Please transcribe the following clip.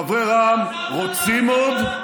בנימין נתניהו (הליכוד): חברי רע"מ רוצים עוד,